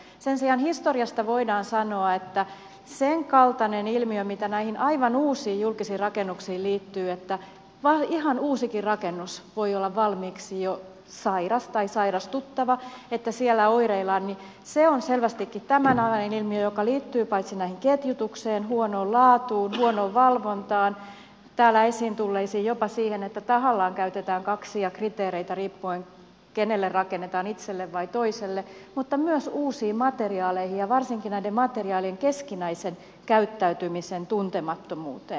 sen sijaan historiasta voidaan sanoa että sen kaltainen ilmiö mikä näihin aivan uusiin julkisiin rakennuksiin liittyy että ihan uusikin rakennus voi olla valmiiksi jo sairas tai sairastuttava että siellä oireillaan on selvästikin tämän ajan ilmiö joka liittyy paitsi näihin ketjutukseen huonoon laatuun huonoon valvontaan täällä esiin tulleisiin asioihin jopa siihen että tahallaan käytetään kaksia kriteereitä riippuen kenelle rakennetaan itselle vai toiselle mutta myös uusiin materiaaleihin ja varsinkin näiden materiaalien keskinäisen käyttäytymisen tuntemattomuuteen